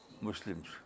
Muslims